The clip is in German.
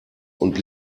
und